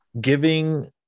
giving